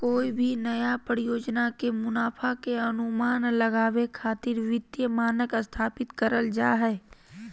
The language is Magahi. कोय भी नया परियोजना के मुनाफा के अनुमान लगावे खातिर वित्तीय मानक स्थापित करल जा हय